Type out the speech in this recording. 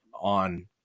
on